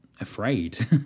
afraid